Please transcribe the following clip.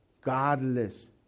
Godless